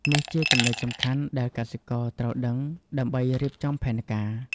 នេះជាចំណុចសំខាន់ដែលកសិករត្រូវដឹងដើម្បីរៀបចំផែនការ។